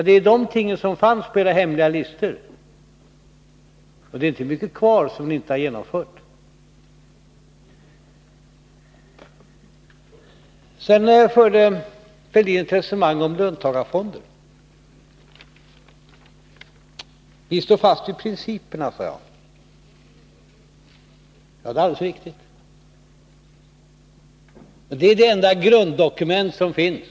Det är detta som fanns på era hemliga listor, och det är inte mycket kvar som ni inte har genomfört. Sedan förde Thorbjörn Fälldin ett resonemang om löntagarfonder. Jag sade att vi står fast vid principerna. Det är alldeles riktigt. Det är det enda grunddokument som finns.